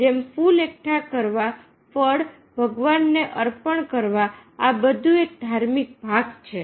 જેમ ફુલ એકઠા કરવા ફળ ભગવાનને અર્પણ કરવા આ બધું એક ધાર્મિક ભાગ છે